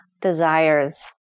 desires